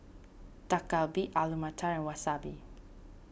Dak Galbi Alu Matar and Wasabi